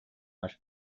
var